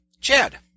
Chad